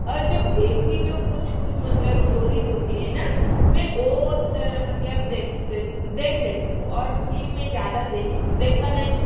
और जो फ्लिम की जो कुछ कुछ मतलब स्टोरीज़ होती है ना मैं वो मतलब देख लेती हूँ और फ्लिम मैं ज़्यादा देखती नहीं हूँ